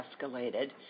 escalated